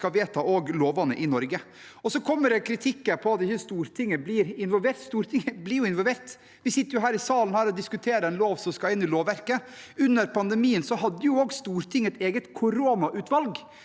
som skal vedta lovene i Norge. Så kommer kritikken om at ikke Stortinget blir involvert. Stortinget blir jo involvert – vi sitter her i salen og diskuterer en lov som skal inn i lovverket. Under pandemien hadde Stortinget også et eget koronautvalg,